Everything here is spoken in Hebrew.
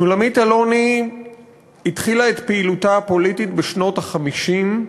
שולמית אלוני התחילה את פעילותה הפוליטית בשנות ה-50,